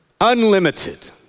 unlimited